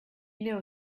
knew